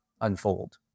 unfold